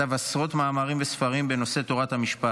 מנהלות הסיעה.